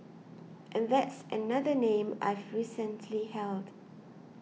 and that's another name I've recently held